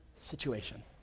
situation